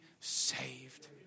saved